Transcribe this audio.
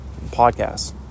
podcasts